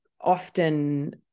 often